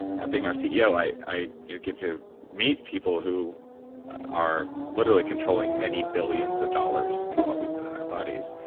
and being our ceo, i get to meet people who are literally controlling many billions of dollars in what we put in our bodies.